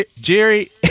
Jerry